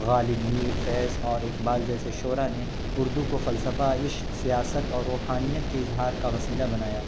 غالب میر فیض اور اقبال جیسے شعرا نے اردو کو فلسفہ عشق سیاست اور روحانیت کے اظہار کا وسییلہ بنایا